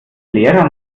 lehrer